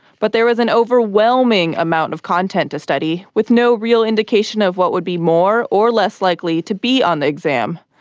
but there was an overwhelming amount of content to study, with no real indication of what would be more or less likely to be on the exam.